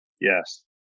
yes